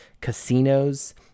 casinos